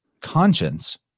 Conscience